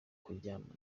kuryamana